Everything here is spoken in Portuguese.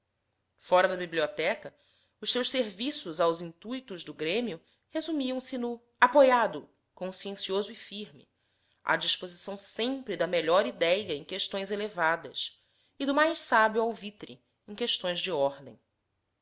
fora da biblioteca os seus serviços aos intuitos do grêmio resumiam se no apoiado consciencioso e firme à disposição sempre da melhor idéia em questões elevadas e do mais sábio alvitre em questões de ordem